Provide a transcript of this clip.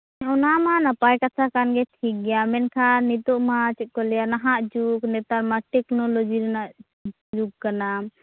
ᱚᱱᱟ ᱢᱟ ᱱᱟᱯᱟᱭ ᱠᱟᱛᱷᱟ ᱠᱟᱱ ᱜᱮ ᱴᱷᱤᱠ ᱜᱮᱭᱟ ᱢᱮᱱᱠᱷᱟᱱ ᱱᱤᱛᱚᱜ ᱢᱟ ᱪᱮᱫ ᱠᱚ ᱞᱟᱹᱭᱟ ᱱᱟᱦᱟᱜ ᱡᱩᱜᱽ ᱱᱮᱛᱟᱨ ᱢᱟ ᱴᱮᱠᱱᱳᱞᱳᱡᱤ ᱨᱮᱱᱟᱜ ᱨᱮᱱᱟᱜ ᱡᱩᱜᱽ ᱠᱟᱱᱟ